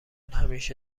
همیشه